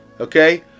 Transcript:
okay